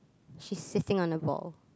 she's sitting on a ball